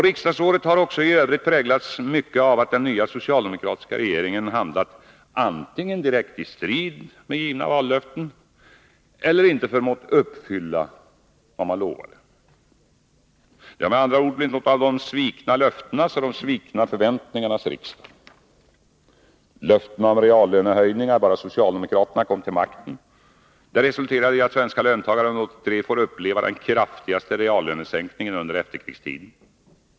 Riksdagsåret har också i övrigt präglats mycket av att den nya socialdemokratiska regeringen antingen handlat direkt i strid med givna vallöften eller inte förmått uppfylla vad man lovade. Det har med andra ord blivit något av de svikna löftenas och de svikna förväntningarnas riksdag. Löftena om reallönehöjningar bara socialdemokraterna kom till makten resulterade i att svenska löntagare under 1983 får uppleva den kraftigaste reallönesänkningen under efterkrigstiden.